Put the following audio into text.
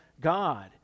god